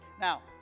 Now